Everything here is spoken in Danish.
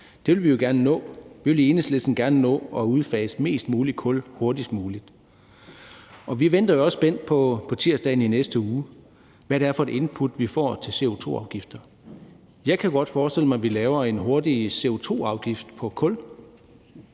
Vi vil i Enhedslisten gerne udfase mest muligt kul hurtigst muligt. Vi venter også spændt på på tirsdag i næste uge at se, hvad det er for et input, vi får, om CO2-afgifter. Jeg kan godt forestille mig, at vi laver en hurtig CO2-afgift på kul,